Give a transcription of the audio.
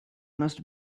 must